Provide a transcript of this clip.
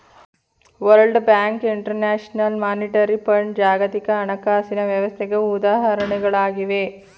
world bank, international monetary fund ಜಾಗತಿಕ ಹಣಕಾಸಿನ ವ್ಯವಸ್ಥೆಗೆ ಉದಾಹರಣೆಗಳಾಗಿವೆ